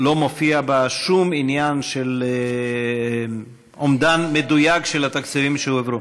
לא מופיע בה שום עניין של אומדן מדויק של התקציבים שהועברו.